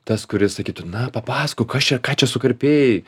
tas kuris sakytų na papasakok kas čia ką čia sukarpei